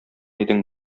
идең